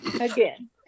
Again